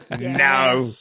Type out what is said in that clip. no